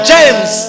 James